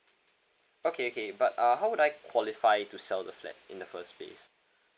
okay okay but uh how would I qualify to sell the flat in the first place